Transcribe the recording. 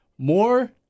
More